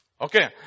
Okay